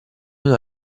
una